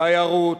תיירות,